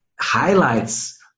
highlights